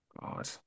God